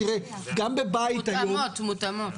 תראה, גם בבית היום, מותאמות, מותאמות.